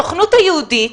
הסוכנות היהודית,